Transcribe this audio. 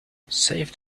saved